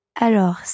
Alors